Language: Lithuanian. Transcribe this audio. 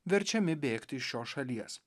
verčiami bėgti iš šios šalies